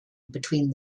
between